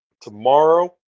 Tomorrow